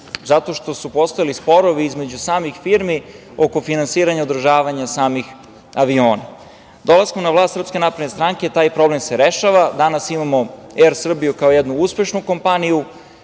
zato što su postojali sporovi između samih firmi oko finansiranja i održavanja samih aviona. Dolaskom na vlast SNS taj problem se rešava. Danas imamo „Er Srbiju“ kao jednu uspešnu kompaniju,